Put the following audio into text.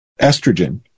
estrogen